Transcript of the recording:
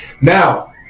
Now